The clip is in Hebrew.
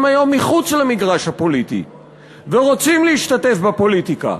היום מחוץ למגרש הפוליטי ורוצים להשתתף בפוליטיקה,